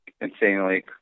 insanely